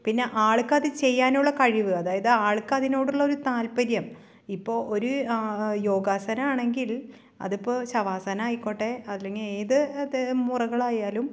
പിന്നെ ആൾക്കത് ചെയ്യാനുള്ള കഴിവ് അതായത് ആൾക്കതിനോടുള്ള ഒരു താത്പര്യം ഇപ്പോൾ ഒരു യോഗാസനമാണെങ്കിൽ അതിപ്പോൾ ശവാസനമായിക്കോട്ടെ അല്ലെങ്കിൽ ഏത് തെ മുറകളായാലും